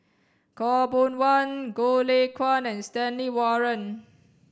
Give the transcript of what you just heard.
Khaw Boon Wan Goh Lay Kuan and Stanley Warren